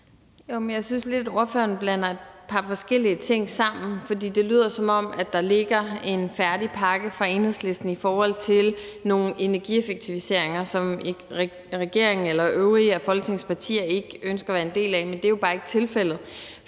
Jeg synes lidt, at ordføreren blander et par forskellige ting sammen, for det lyder, som om der ligger en færdig pakke fra Enhedslisten i forhold til nogle energieffektiviseringer, som regeringen eller øvrige afFolketingets partier ikke ønsker at være en del af, men det er jo bare ikke tilfældet.